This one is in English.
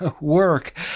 work